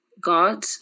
God